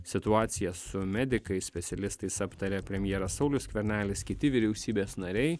situaciją su medikais specialistais aptarė premjeras saulius skvernelis kiti vyriausybės nariai